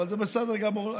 אבל זה בסדר גמור,